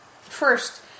First